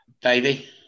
Davey